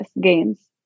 games